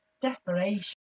desperation